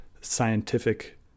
scientific